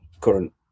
current